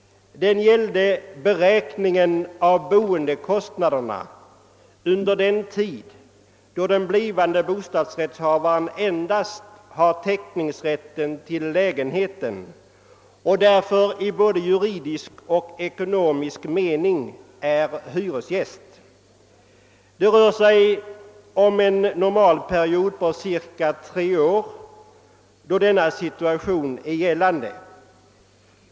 Den gällde beräkningen av boendekostnaderna under den tid då den blivande bostadsrättshavaren endast har teckningsrätten till lägenheten och därför både i ekonomisk och juridisk mening är hyresgäst. Det rör sig om en normalperiod på cirka tre år då denna situation är gällande.